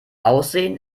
aussehen